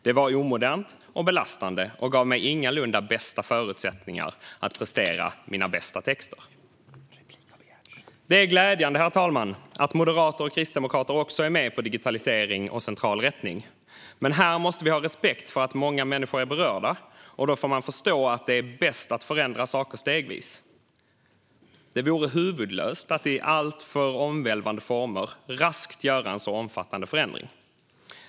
Det var omodernt och belastande och gav mig ingalunda bästa förutsättningar att prestera mina bästa texter. Det är glädjande, herr talman, att moderater och kristdemokrater också är med på digitalisering och central rättning. Men här måste vi ha respekt för att många människor är berörda, och då får man förstå att det är bäst att förändra saker stegvis. Det vore huvudlöst att i alltför omvälvande former raskt göra en så omfattande förändring.